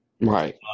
right